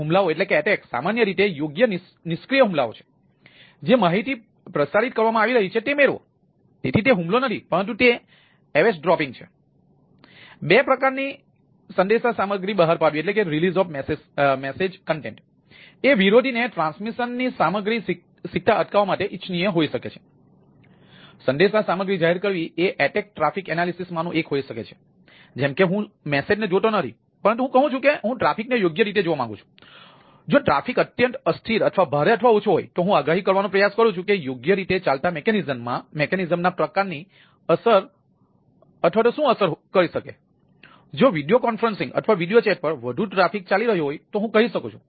તેથી 2 પ્રકારની સંદેશા સામગ્રી બહાર પાડવી પર વધુ પડતો ટ્રાફિક ચાલી રહ્યો હોય તો હું કહી શકું છું